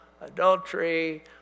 adultery